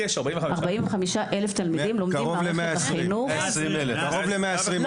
קרוב ל-120 אלף.